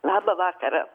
labą vakarą